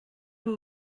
will